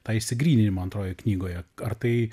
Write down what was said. tą išsigryninimą antrojoj knygoje ar tai